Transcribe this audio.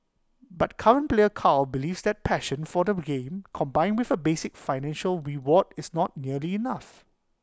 but current player Carl believes that passion for the game combined with A basic financial reward is not nearly enough